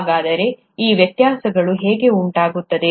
ಹಾಗಾದರೆ ಈ ವ್ಯತ್ಯಾಸಗಳು ಹೇಗೆ ಉಂಟಾಗುತ್ತವೆ